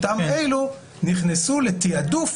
אותם אלה נכנסו לתיעדוף